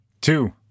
two